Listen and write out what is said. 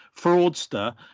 fraudster